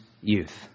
youth